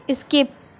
skip